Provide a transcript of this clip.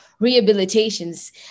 rehabilitations